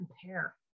compare